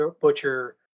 Butcher